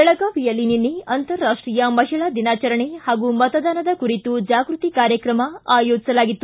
ಬೆಳಗಾವಿಯಲ್ಲಿ ನಿನ್ನೆ ಅಂತರರಾಷ್ಷೀಯ ಮಹಿಳಾ ದಿನಾಚರಣೆ ಹಾಗೂ ಮತದಾನದ ಕುರಿತು ಜಾಗೃತಿ ಕಾರ್ಯಕ್ರಮ ಆಯೋಜಿಸಲಾಗಿತ್ತು